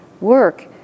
work